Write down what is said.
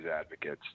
advocates